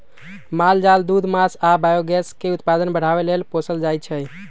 माल जाल दूध मास आ बायोगैस के उत्पादन बढ़ाबे लेल पोसल जाइ छै